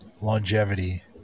longevity